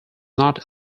not